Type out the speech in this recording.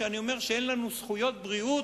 כשאני אומר שאין לנו זכויות בריאות,